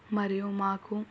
మరియు మాకు